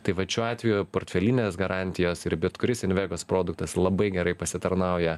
tai vat šiuo atveju portfelinės garantijos ir bet kuris invegos produktas labai gerai pasitarnauja